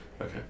Okay